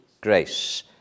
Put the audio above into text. grace